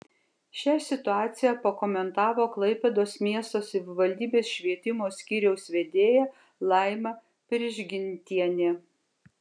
šią situaciją pakomentavo klaipėdos miesto savivaldybės švietimo skyriaus vedėja laima prižgintienė